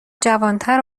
جوانتر